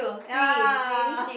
ya